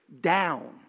down